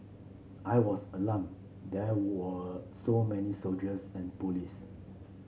I was alarmed there were so many soldiers and police